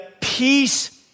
peace